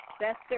best